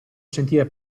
sentire